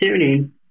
tuning